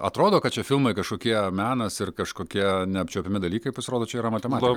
atrodo kad šie filmai kažkokie menas ir kažkokie neapčiuopiami dalykai pasirodo čia yra matematika